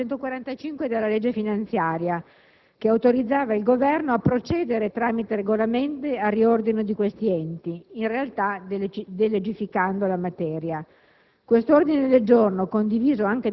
143, 144 e 145 della legge finanziaria, che autorizzavano il Governo a procedere tramite regolamenti al riordino di questi enti, in realtà delegificando la materia.